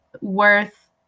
worth